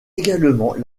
également